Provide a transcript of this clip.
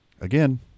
Again